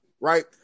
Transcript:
right